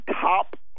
top